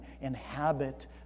inhabit